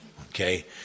okay